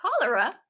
cholera